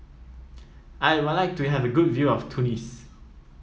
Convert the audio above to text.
I would like to have a good view of Tunis